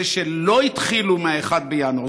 זה שלא התחילו מ-1 בינואר.